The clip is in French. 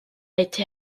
été